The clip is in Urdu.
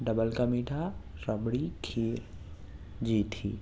ڈبل کا میٹھا ربڑی کھیر جی ٹھیک